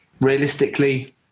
realistically